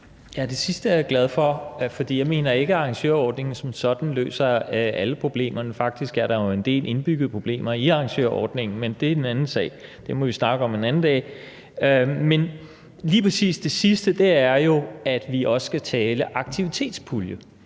det sidste er jeg glad for, for jeg mener ikke, at arrangørordningen som sådan løser alle problemerne. Faktisk er der jo en del indbyggede problemer i arrangørordningen, men det er en anden sag. Den må vi snakke om en anden dag. Men lige præcis det sidste er jo, at vi også skal tale om aktivitetspuljen.